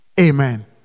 Amen